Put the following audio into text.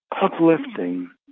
uplifting